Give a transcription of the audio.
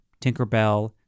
Tinkerbell